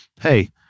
hey